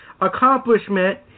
accomplishment